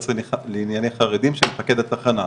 יועצת לענייני חרדים של מפקד התחנה.